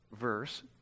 verse